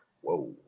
whoa